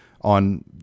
on